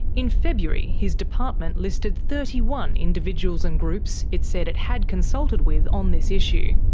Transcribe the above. in february his department listed thirty one individuals and groups it said it had consulted with on this issue.